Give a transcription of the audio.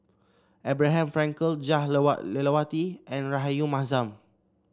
Abraham Frankel Jah Lelawati and Rahayu Mahzam